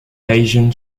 asian